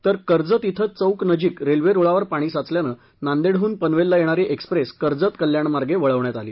तर कर्जत इथं चौक नजिक रेल्वे रुळावर पाणी साचल्यानं नांदेडहून पनवेलला येणारी एक्सप्रेस कर्जत कल्याण मार्गे वळविण्यात आली